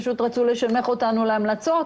פשוט רצו לשנמך אותנו להמלצות